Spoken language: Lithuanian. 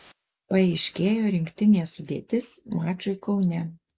paaiškėjo rinktinės sudėtis mačui kaune